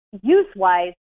use-wise